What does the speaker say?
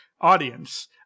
audience